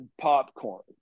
popcorn